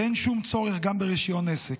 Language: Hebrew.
ואין שום צורך גם ברישיון עסק.